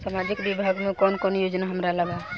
सामाजिक विभाग मे कौन कौन योजना हमरा ला बा?